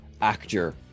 actor